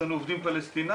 יש לנו עובדים פלשתינאים,